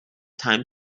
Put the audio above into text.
time